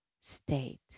state